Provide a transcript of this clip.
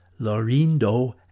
Lorindo